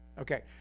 Okay